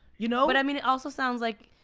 you know. but i mean it also sounds like,